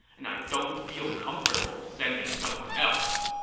and i don't feel comfortable sending someone else.